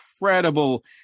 incredible